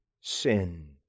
sin